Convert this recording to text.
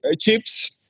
chips